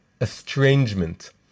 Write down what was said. estrangement